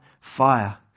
fire